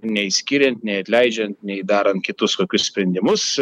nei skiriant nei atleidžiant nei darant kitus kokius sprendimus